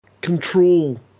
control